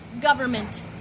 government